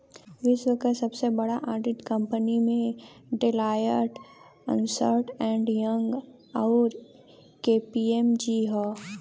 विश्व क सबसे बड़ा ऑडिट कंपनी में डेलॉयट, अन्सर्ट एंड यंग, आउर के.पी.एम.जी हौ